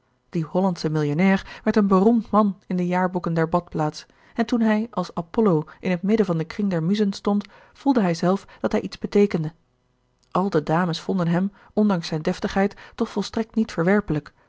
die hollandsche millionnair werd een beroemd man in de jaarboeken der badplaats en toen hij als apollo in het midden van den kring der muzen stond voelde hij zelf dat hij iets beteekende al de dames vonden hem ondanks zijne deftigheid toch volstrekt niet verwerpelijk